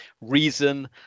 reason